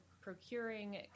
procuring